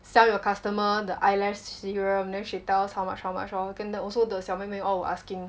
sell your customer the eyelash serum then she tell us how much how much lor then the also the 小妹妹 all were asking